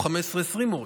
או 15 20 מורים.